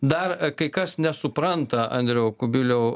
dar kai kas nesupranta andriau kubiliau